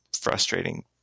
frustrating